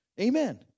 Amen